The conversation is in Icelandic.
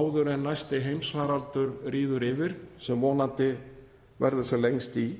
áður en næsti heimsfaraldur ríður yfir, sem vonandi verður sem lengst í,